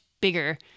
bigger